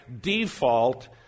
default